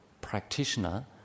practitioner